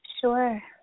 Sure